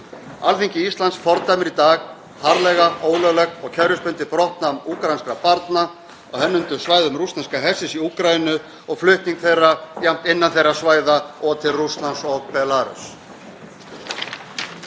Alþingi Íslendinga fordæmir í dag harðlega ólöglegt og kerfisbundið brottnám úkraínskra barna á hernumdum svæðum rússneska hersins í Úkraínu og flutning þeirra, jafnt innan þeirra svæða og til Rússlands og Belarúss.